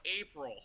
April